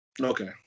Okay